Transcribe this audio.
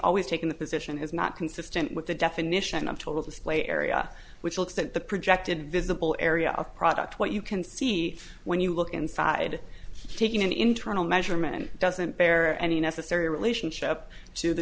always taken the position is not consistent with the definition of total display area which looks at the projected visible area of product what you can see when you look inside taking an internal measurement and it doesn't bear any necessary relationship to the